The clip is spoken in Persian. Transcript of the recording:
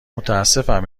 متاسفم